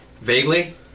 Vaguely